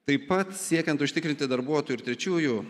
taip pat siekiant užtikrinti darbuotojų ir trečiųjų